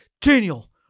Daniel